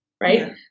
Right